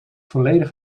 volledig